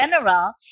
general